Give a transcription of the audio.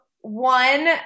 one